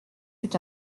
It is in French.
fut